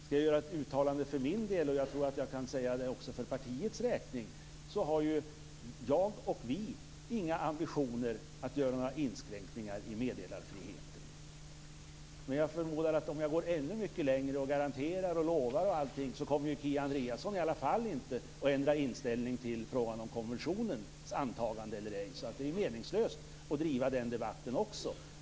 Skall jag göra ett uttalande för min del - och jag tror att jag kan tala också för partiets räkning - så har ju jag och vi inga ambitioner att göra några inskränkningar i meddelarfriheten. Men jag förmodar att om jag går ännu längre och garanterar och lovar, så kommer Kia Andreasson i alla fall inte att ändra inställning i fråga om konventionens antagande. Det är alltså meningslöst att driva den debatten också.